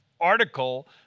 article